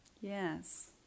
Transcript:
yes